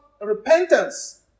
repentance